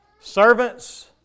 Servants